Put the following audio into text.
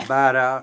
बाह्र